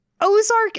Ozark